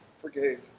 forgave